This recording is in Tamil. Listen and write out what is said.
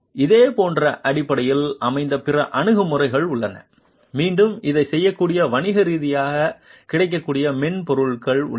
இதேபோன்ற அடிப்படையில் அமைந்த பிற அணுகுமுறைகள் உள்ளன மீண்டும் இதைச் செய்யக்கூடிய வணிக ரீதியாக கிடைக்கக்கூடிய மென்பொருள்கள் உள்ளன